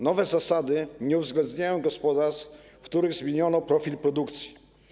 Nowe zasady nie uwzględniają gospodarstw, w których zmieniono profil produkcji.